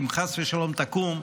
אם חס ושלום תקום,